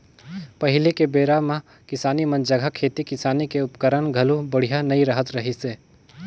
पहिली के बेरा म किसान मन जघा खेती किसानी के उपकरन घलो बड़िहा नइ रहत रहिसे